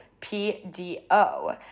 P-D-O